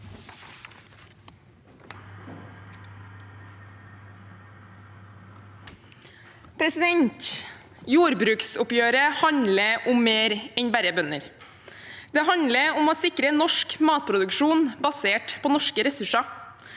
Jordbruksoppgjøret handler om mer enn bare bønder. Det handler om å sikre norsk matproduksjon basert på norske ressurser,